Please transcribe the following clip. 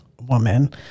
woman